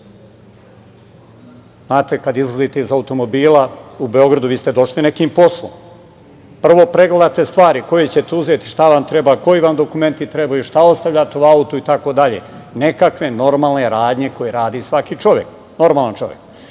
znate, kad izlazite iz automobila u Beogradu vi ste došli nekim poslom, prvo pregledate stvari koje ćete uzeti, šta vam treba, koji vam dokumenti trebaju, šta ostavljate u autu itd, nekakve normalne radnje koje radi svaki normalan čovek. Posle